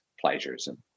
plagiarism